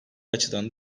açıdan